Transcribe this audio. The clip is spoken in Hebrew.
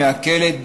מעכלת,